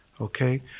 Okay